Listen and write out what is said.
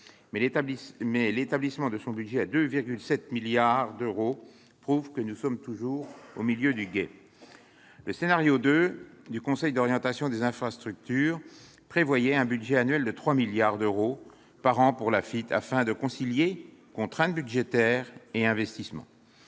Mais l'établissement de son budget à 2,7 milliards d'euros prouve que nous sommes toujours au milieu du gué. Le scénario 2 du Conseil d'orientation des infrastructures prévoyait un budget annuel de 3 milliards d'euros par an pour l'AFITF, afin de concilier contrainte budgétaire et investissements.